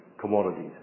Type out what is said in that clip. commodities